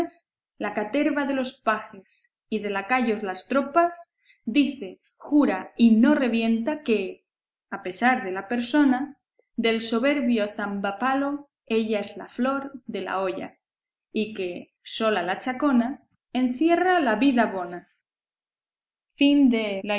la caterva de los pajes y de lacayos las tropas dice jura y no revienta que a pesar de la persona del soberbio zambapalo ella es la flor de la olla y que sola la chacona encierra la vida bona